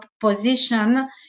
position